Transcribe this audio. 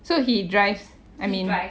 so he drives I mean